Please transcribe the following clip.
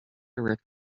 through